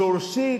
שורשית,